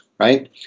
right